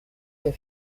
der